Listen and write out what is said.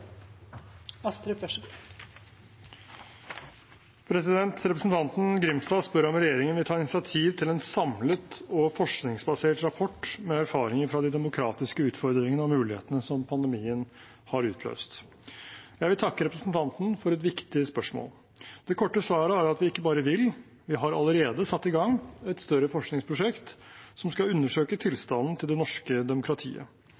Representanten Grimstad spør om regjeringen vil ta initiativ til en samlet og forskningsbasert rapport med erfaringer fra de demokratiske utfordringene og mulighetene som pandemien har utløst. Jeg vil takke representanten for et viktig spørsmål. Det korte svaret er at vi ikke bare vil, men at vi har allerede satt i gang et større forskningsprosjekt som skal undersøke tilstanden til det norske demokratiet.